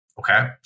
Okay